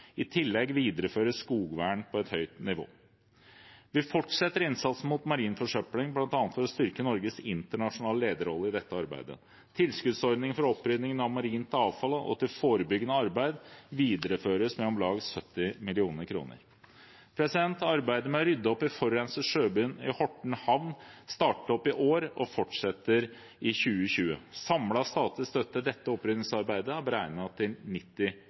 I tillegg videreføres skogvern på et høyt nivå. Vi fortsetter innsatsen mot marin forsøpling, bl.a. for å styrke Norges internasjonale lederrolle i dette arbeidet. Tilskuddsordningen for oppryddingen av marint avfall og til forebyggende arbeid videreføres med om lag 70 mill. kr. Arbeidet med å rydde opp i forurenset sjøbunn i Horten havn startet opp i år og fortsetter i 2020. Samlet statlig støtte til dette oppryddingsarbeidet er beregnet til 90